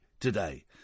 today